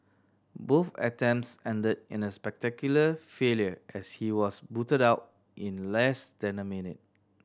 both attempts ended in a spectacular failure as he was booted out in less than a minute